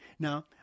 Now